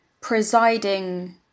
presiding